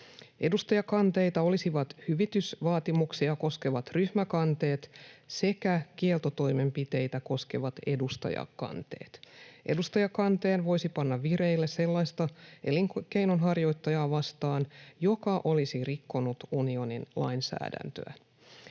Edustajakanteita olisivat hyvitysvaatimuksia koskevat ryhmäkanteet sekä kieltotoimenpiteitä koskevat edustajakanteet. Edustajakanteen voisi panna vireille sellaista elinkeinonharjoittajaa vastaan, joka olisi rikkonut unionin lainsäädäntöä.